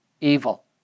evil